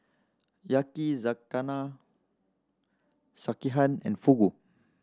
Yakizakana Sekihan and Fugu